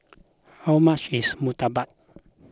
how much is Murtabak